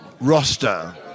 roster